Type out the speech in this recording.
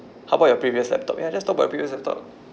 how about your previous laptop ya just talk about previous laptop